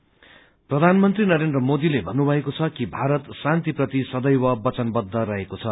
मन की बात प्रधानमन्त्री नरेन्द्र मोदीले भन्नुभएको छ कि भारत शान्ति प्रति सदैव बचनवद्ध रहेको छ